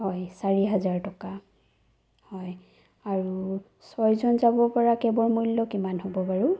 হয় চাৰি হাজাৰ টকা হয় আৰু ছয়জন যাব পৰা কেবৰ মূল্য কিমান হ'ব বাৰু